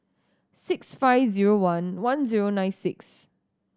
six five zero one one zero nine six